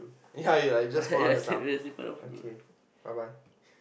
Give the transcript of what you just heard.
ya ya I just fall down just now okay bye bye